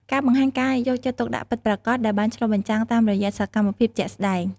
ការបង្ហាញការយកចិត្តទុកដាក់ពិតប្រាកដដែលបានឆ្លុះបញ្ចាំងតាមរយៈសកម្មភាពជាក់ស្តែង។